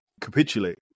capitulate